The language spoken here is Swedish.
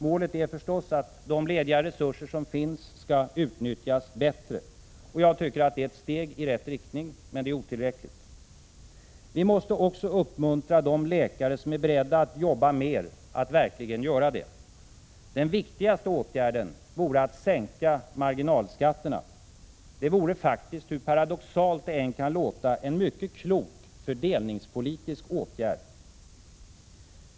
Målet är förstås att de lediga resurser som kan finnas på sina håll utnyttjas bättre. Det är ett steg i rätt riktning, men det är otillräckligt. Vi måste också uppmuntra de läkare som är beredda att jobba mer att verkligen göra det. Den viktigaste åtgärden vore att sänka marginalskatterna. Det vore faktiskt, hur paradoxalt det än kan låta, en mycket klok fördelningspolitisk åtgärd.